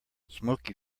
smoky